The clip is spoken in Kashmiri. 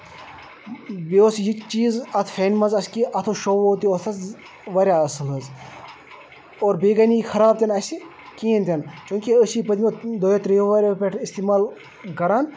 بیٚیہِ اوس یہِ چیٖز اَتھ فینہِ منٛز اسہِ کہِ اتھ اوس شو وو تہِ اوس اَتھ واریاہ اَصٕل حظ اور بیٚیہِ گٔیہِ نہٕ یہِ خراب تہِ نہٕ اَسہِ کِہیںی تہِ نہٕ چوٗنکہِ أسۍ چھِ یہِ پٔتمیو دۄیو تریو ؤریو پٮ۪ٹھٕ اَستعمال کران